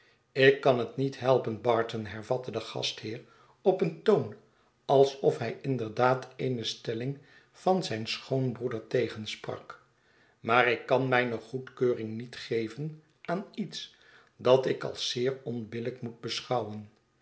ik kan het niet helpen barton hervatte de gastheer op een toon alsof hij inderdaad eene stelling van zijn schoonbroeder tegensprak maar ik kan mijne goedkeuring niet geven aan ietos dat ik als zeer onbillijk moet beschouwen